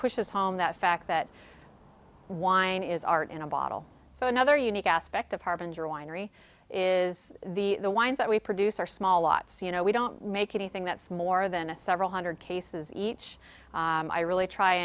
pushes home that fact that whyn is art in a bottle so another unique aspect of harbinger winery is the wines that we produce our small lots you know we don't make anything that's more than a several hundred cases each i really try